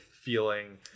feeling